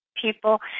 people